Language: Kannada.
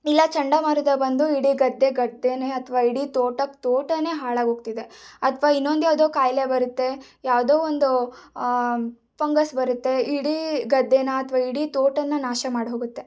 ಇಲ್ಲ ಚಂಡಮಾರುತ ಬಂದು ಇಡೀ ಗದ್ದೆ ಗದ್ದೆಯೇ ಅಥವಾ ಇಡೀ ತೋಟಕ್ಕೆ ತೋಟವೇ ಹಾಳಾಗಿ ಹೋಗ್ತಿದೆ ಅಥವಾ ಇನ್ನೊಂದು ಯಾವುದೋ ಕಾಯಿಲೆ ಬರುತ್ತೆ ಯಾವುದೋ ಒಂದು ಫಂಗಸ್ ಬರುತ್ತೆ ಇಡೀ ಗದ್ದೇನ ಅಥವಾ ಇಡೀ ತೋಟನ್ನ ನಾಶ ಮಾಡಿ ಹೋಗತ್ತೆ